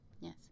Yes